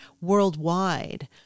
worldwide